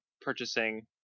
purchasing